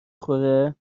خوره